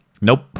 Nope